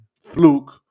fluke